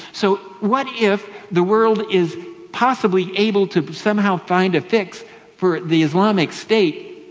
so what if the world is possibly able to somehow find a fix for the islamic state,